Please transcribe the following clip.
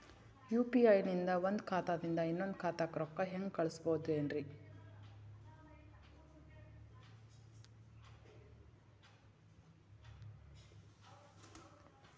UPI ನಿಂದ ಒಂದ್ ಖಾತಾದಿಂದ ಇನ್ನೊಂದು ಖಾತಾಕ್ಕ ರೊಕ್ಕ ಹೆಂಗ್ ಕಳಸ್ಬೋದೇನ್ರಿ?